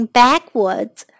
backwards